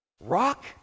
Rock